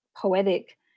poetic